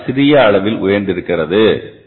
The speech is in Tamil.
ஆனால் அது சிறிய அளவில் உயர்ந்திருக்கிறது